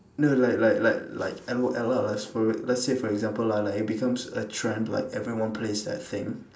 no like like like like L_O_L lah let's let's say for example lah like it becomes a trend like everyone plays that thing